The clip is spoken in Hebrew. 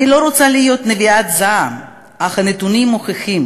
אני לא רוצה להיות נביאת זעם, אך הנתונים מוכיחים